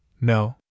No